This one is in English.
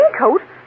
raincoat